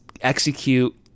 execute